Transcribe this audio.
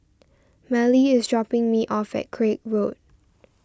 Mallie is dropping me off at Craig Road